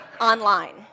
online